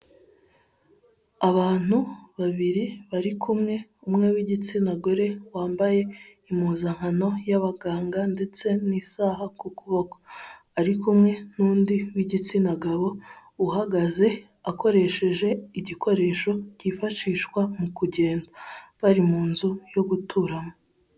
Abantu babiri bari kumwe umwe w'igitsina gore wambaye impuzankano y'abaganga ndetse n'isaha ku kuboko, ari kumwe n'undi w'igitsina gabo uhagaze akoresheje igikoresho cyifashishwa mu kugenda, bari mu nzu yo guturamo.